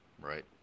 right